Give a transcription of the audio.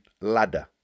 ladder